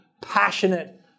passionate